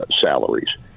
salaries